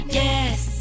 yes